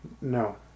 No